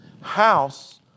house